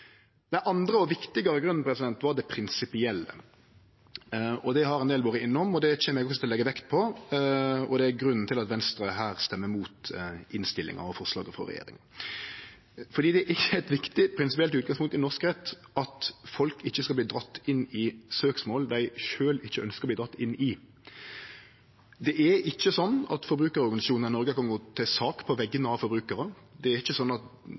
andre og viktigare grunnen var det prinsipielle. Det har ein del vore innom, og det kjem eg også til å leggje vekt på, og det er grunnen til at Venstre stemmer imot innstillinga og forslaget frå regjeringa. Det er eit viktig prinsipielt utgangspunkt i norsk rett at folk ikkje skal verte dratt inn i søksmål dei sjølve ikkje ønskjer å verte dratt inn i. Det er ikkje sånn at forbrukarorganisasjonar i Noreg kan gå til sak på vegner av forbrukarar. Det er ikkje sånn at NAF kan gå til sak på vegner av ulykkesramma bilistar, eller at